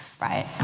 right